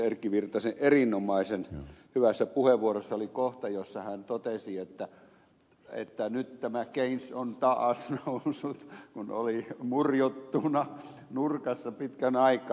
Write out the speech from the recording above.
erkki virtasen erinomaisen hyvässä puheenvuorossa oli kohta jossa hän totesi että nyt tämä keynes on taas noussut kun oli murjottuna nurkassa pitkän aikaa